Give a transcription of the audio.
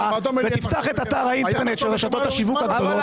תפתח את אתר האינטרנט של הרשתות הגדולות,